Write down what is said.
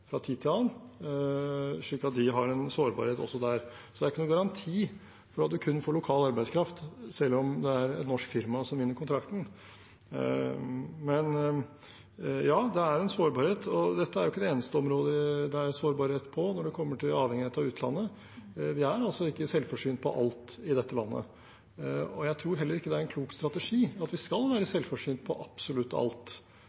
fra tid til annen, slik at de har en sårbarhet også der. Det er ikke noen garanti for at man kun får lokal arbeidskraft selv om det er et norsk firma som vinner kontrakten. Men ja, det er en sårbarhet, og dette er ikke det eneste området det er sårbarhet på når det kommer til avhengighet av utlandet. Vi er ikke selvforsynt på alt i dette landet. Jeg tror heller ikke det er en klok strategi at vi skal være